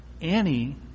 Annie